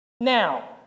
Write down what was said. Now